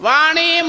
Vani